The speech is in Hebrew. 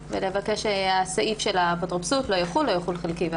ולבקש שהסעיף של האפוטרופסות לא יחול או יחול חלקי.